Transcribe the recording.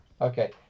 okay